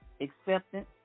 acceptance